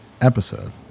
episode